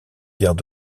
guerres